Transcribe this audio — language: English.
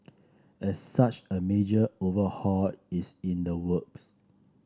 as such a major overhaul is in the works